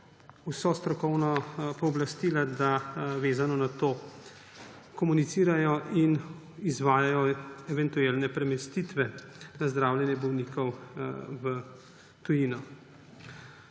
vsa strokovna pooblastila, da komunicirajo in izvajajo eventualne premestitve na zdravljenje bolnikov v tujino.